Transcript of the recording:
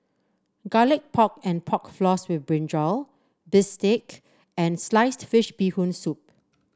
Garlic Pork and Pork Floss with brinjal bistake and Sliced Fish Bee Hoon Soup